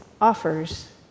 offers